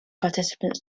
participants